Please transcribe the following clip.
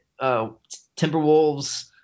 Timberwolves